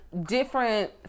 Different